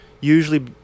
usually